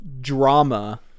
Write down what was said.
drama